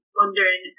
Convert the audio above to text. wondering